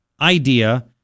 idea